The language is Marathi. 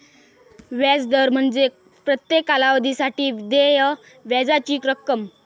व्याज दर म्हणजे प्रत्येक कालावधीसाठी देय व्याजाची रक्कम